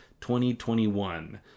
2021